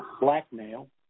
blackmail